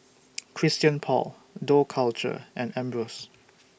Christian Paul Dough Culture and Ambros